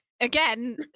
Again